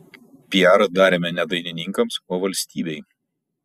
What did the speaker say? piarą darėme ne dainininkams o valstybei